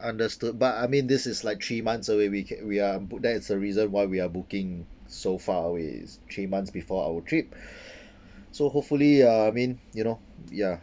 understood but I mean this is like three months away we c~ we are bo~ that is the reason why we are booking so far away it's three months before our trip so hopefully uh I mean you know ya